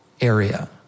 area